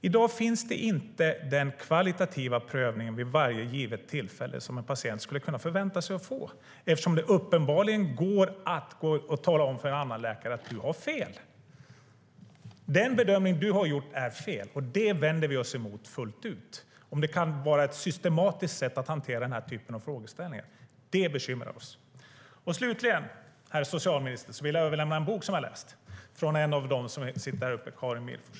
I dag finns inte den kvalitativa prövningen vid varje givet tillfälle som en patient kunde förvänta sig att få, eftersom det uppenbarligen går att tala om för en läkare att han eller hon har fel, att den bedömning han eller hon gjort är fel. Vi vänder oss starkt emot det ifall det är ett systematiskt sätt att hantera den här typen av frågeställningar. Det bekymrar oss. Slutligen, herr socialminister, vill jag överlämna en bok som jag läst. Den är skriven av Carin Millfors, som sitter på läktaren och följer debatten.